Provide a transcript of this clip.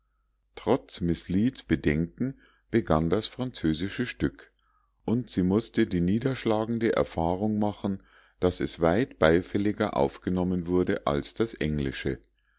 trotz miß lead's bedenken begann das französische stück und sie mußte die niederschlagende erfahrung machen daß es weit beifälliger aufgenommen wurde als das englische